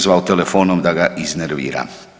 zvao telefon da ga iznervira.